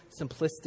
simplistic